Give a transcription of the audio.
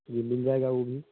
जी मिल जाएगा वह भी